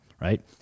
right